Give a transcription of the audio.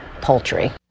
poultry